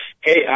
Hey